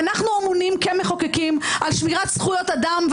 ואנחנו אמונים כמחוקקים על שמירת זכויות אדם.